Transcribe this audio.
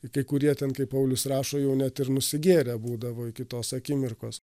tai kurie ten kaip paulius rašo jau net ir nusigėrę būdavo iki tos akimirkos